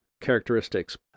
characteristics